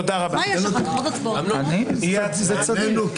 אין הסתייגויות,